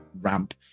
ramp